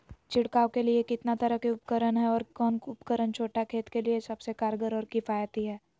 छिड़काव के लिए कितना तरह के उपकरण है और कौन उपकरण छोटा खेत के लिए सबसे कारगर और किफायती है?